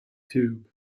tube